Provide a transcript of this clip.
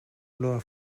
olor